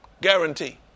Guarantee